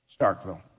Starkville